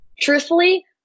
truthfully